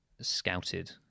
scouted